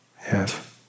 Yes